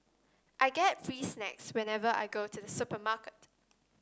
I get free snacks whenever I go to the supermarket